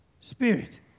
Spirit